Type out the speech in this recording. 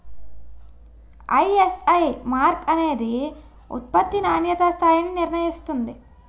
ISI mark అనేది ఉత్పత్తి నాణ్యతా స్థాయిని నిర్ణయిస్తుంది